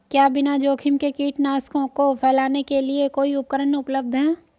क्या बिना जोखिम के कीटनाशकों को फैलाने के लिए कोई उपकरण उपलब्ध है?